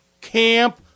camp